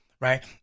Right